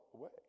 away